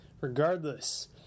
regardless